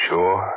Sure